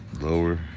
lower